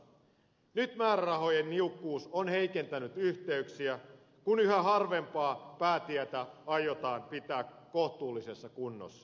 nyt määrärahojen niukkuus on heikentänyt yhteyksiä kun yhä harvempaa päätietä aiotaan pitää kohtuullisessa kunnossa